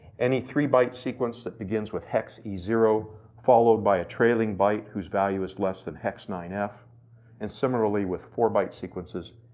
any three byte sequence that begins with hex e zero followed by a trailing byte whose value is less than hex nine f and similarly with four byte sequences,